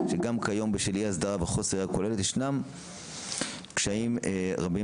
שגם היום בשל אי הסדרה וחוסר ראייה כולל יש קשיים רבים